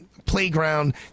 playground